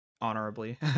honorably